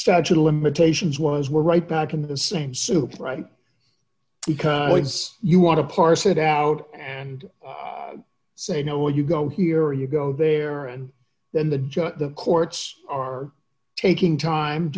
statute of limitations was we're right back in the same soup right because once you want to parse it out and say no you go here you go there and then the judge the courts are taking time